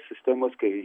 sistemos kai